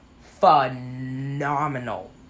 phenomenal